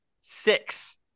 Six